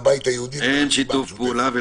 הצבעה ההסתייגות לא